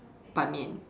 ban-mian